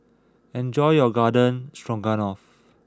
enjoy your Garden Stroganoff